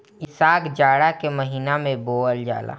इ साग जाड़ा के महिना में बोअल जाला